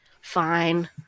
fine